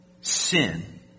sin